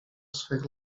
swych